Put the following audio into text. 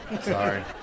Sorry